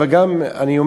אבל אני גם אומר,